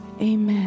Amen